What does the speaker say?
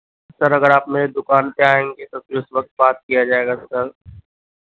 سر اگر آپ میری دُکان پہ آئیں گے تو پھر اُس وقت بات کیا جائے گا سر